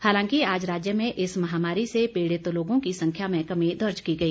हालांकि आज राज्य में इस महामारी से पीड़ित लोगों की संख्या में कमी दर्ज की गई